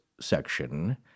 section